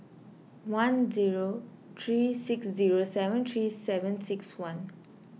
one zero three six zero seven three seven six one